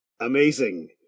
amazing